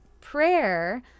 prayer